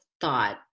thought